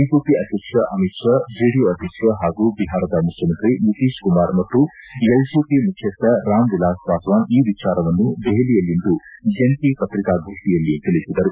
BJP ಅಧ್ಯಕ್ಷ Amit Shah JDU ಅಧ್ಯಕ್ಷ ಹಾಗೂ ಬಿಹಾರದ ಮುಖ್ಯಮಂತ್ರಿ ನಿತೀಶ್ ಕುಮಾರ್ ಮತ್ತು ಎಲ್ಜೆಪಿ ಮುಖ್ಯಸ್ವ ರಾಮ್ವಿಲಾಸ್ ಪಾಸ್ವಾನ್ ಈ ವಿಚಾರವನ್ನು ದೆಹಲಿಯಲ್ಲಿಂದು ಜಂಟ ಪತ್ರಿಕಾ ಗೋಷ್ಠಿಯಲ್ಲಿ ತಿಳಿಸಿದರು